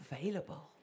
available